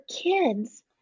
kids